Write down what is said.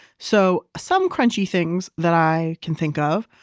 so some crunchy things that i can think of,